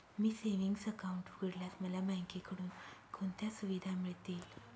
मी savings account उघडल्यास मला बँकेकडून कोणत्या सुविधा मिळतील?